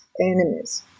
enemies